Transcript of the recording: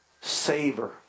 savor